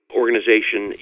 organization